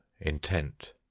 intent